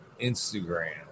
Instagram